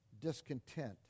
discontent